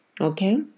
Okay